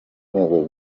rwego